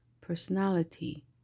personality